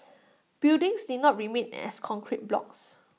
buildings need not remain as concrete blocks